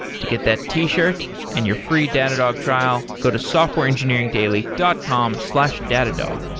to get that t-shirt and your free datadog trial, go to softwareengineeringdaily dot com slash datadog.